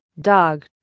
dog